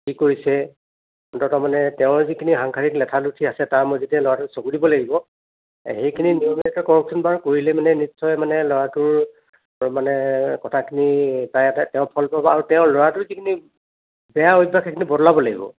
কি কৰিছে অন্ততঃ মানে তেওঁ যিখিনি সাংসাৰিক লেঠা লুঠি আছে তাৰ মাজতে ল'ৰাটোক চকু দিব লাগিব সেইখিনি নিয়মীয়াকৈ কৰকচোন বাৰু কৰিলে মানে নিশ্চয় মানে ল'ৰাটোৰ মানে কথাখিনি উপায় এটা তেওঁ ফল পাব আৰু তেওঁৰ ল'ৰাটো যিখিনি বেয়া অভ্যাস সেইখিনি বদলাব লাগিব